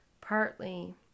Partly